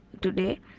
today